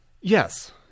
Yes